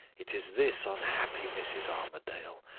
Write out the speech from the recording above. it is this unhappy mrs. armadale.